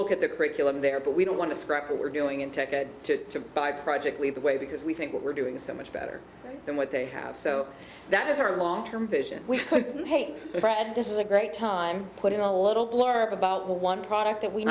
look at the curriculum there but we don't want to scrap what we're doing in tech to by project lead the way because we think we're doing so much better than what they have so that is our long term vision we hate fred this is a great time putting a little blurb about one product that we